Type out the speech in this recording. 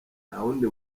ntawundi